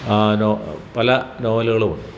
ആ നോ പല നോവലുകളുമുണ്ട്